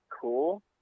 cool